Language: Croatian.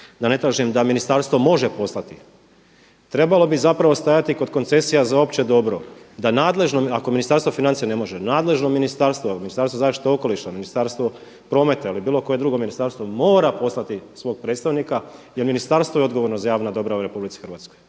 da ne kažem da ministarstvo može poslati. Trebalo bi zapravo stajati kod koncesija za opće dobro da nadležno, ako Ministarstvo financija ne može, nadležno ministarstvo, Ministarstvo zaštite okoliša, Ministarstvo prometa ili bilo koje drugo ministarstvo mora poslati svog predstavnika jer ministarstvo je odgovorno za javna dobra u RH i Vlada RH.